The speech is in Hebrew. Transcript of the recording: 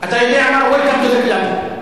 אתה יודע מה, Welcome to the club .